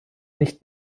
nicht